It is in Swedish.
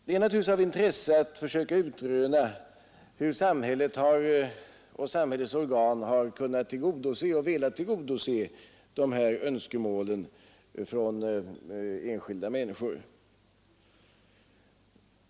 Det är naturligtvis av intresse att försöka utröna hur samhället och samhällets organ har kunnat och velat tillgodose dessa önskemål från enskilda människor.